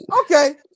Okay